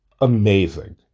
amazing